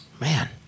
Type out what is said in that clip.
Man